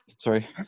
Sorry